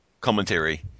commentary